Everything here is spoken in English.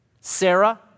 Sarah